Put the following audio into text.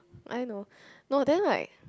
I know no then like